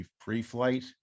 pre-flight